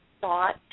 thought